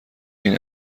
این